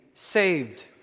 Saved